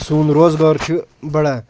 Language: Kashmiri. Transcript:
سون روزگار چھُ بَڑان